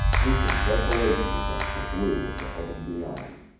painting desolation against the blue of the heaven beyond.